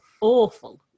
awful